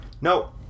no